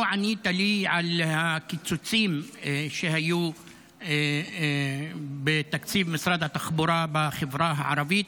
לא ענית לי על הקיצוצים שהיו בתקציב משרד התחבורה בחברה הערבית.